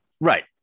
Right